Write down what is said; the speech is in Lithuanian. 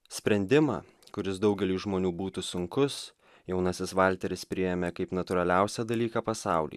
sprendimą kuris daugeliui žmonių būtų sunkus jaunasis valteris priėmė kaip natūraliausią dalyką pasauly